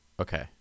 Okay